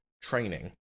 training